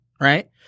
right